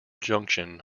junction